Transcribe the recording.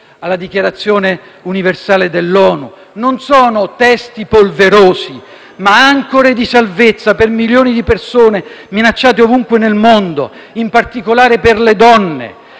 alla Dichiarazione universale dei diritti dell'uomo dell'ONU. Sono non testi polverosi, ma ancore di salvezza per milioni di persone minacciate ovunque nel mondo, in particolare per le donne,